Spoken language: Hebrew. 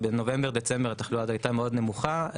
בנובמבר-דצמבר התחלואה הייתה מאוד נמוכה,